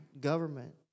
government